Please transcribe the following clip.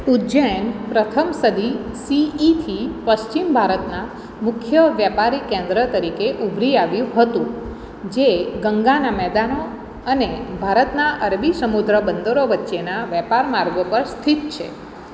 ઉજ્જૈન પ્રથમ સદી સીઇથી પશ્ચિમ ભારતનાં મુખ્ય વ્યાપારી કેન્દ્ર તરીકે ઉભરી આવ્યું હતું જે ગંગાના મેદાનો અને ભારતના અરબી સમુદ્ર બંદરો વચ્ચેના વેપાર માર્ગો પર સ્થિત છે